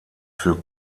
für